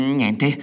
niente